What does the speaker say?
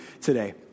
today